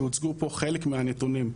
והוצגו פה חלק מהנתונים,